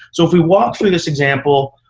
so if we walk through this example,